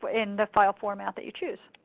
but in the file format that you choose.